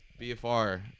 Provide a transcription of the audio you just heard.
BFR